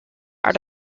are